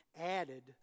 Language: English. added